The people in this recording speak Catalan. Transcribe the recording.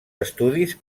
estudis